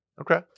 Okay